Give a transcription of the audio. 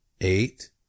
eight